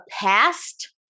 past